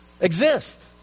exist